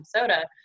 Minnesota